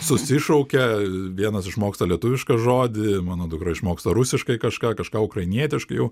susišaukia vienas išmoksta lietuvišką žodį mano dukra išmoksta rusiškai kažką kažką ukrainietiškai jau